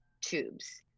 tubes